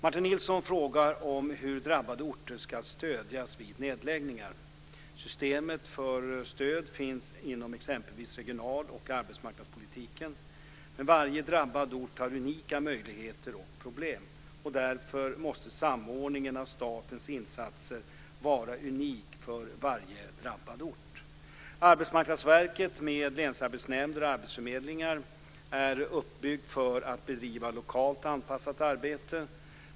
Martin Nilsson frågar om hur drabbade orter ska stödjas vid nedläggningar. System för stöd finns inom exempelvis regionaloch arbetsmarknadspolitiken. Men varje drabbad ort har unika möjligheter och problem, och därför måste samordningen av statens insatser vara unik för varje drabbad ort. Arbetsmarknadsverket, med länsarbetsnämnder och arbetsförmedlingar, är uppbyggt för att bedriva lokalt anpassat arbete.